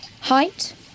Height